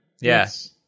Yes